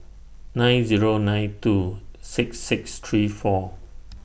nine Zero nine two six six three four